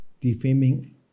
defaming